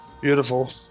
Beautiful